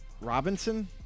Robinson